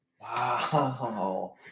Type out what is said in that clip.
Wow